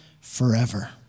forever